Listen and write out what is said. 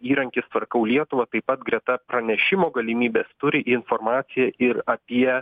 įrankis tvarkau lietuvą taip pat greta pranešimo galimybės turi informacijos ir apie